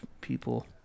people